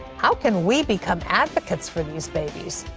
how can we become advocates for these babies?